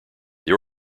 this